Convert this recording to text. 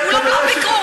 כולם לא ביקרו,